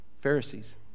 Pharisees